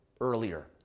earlier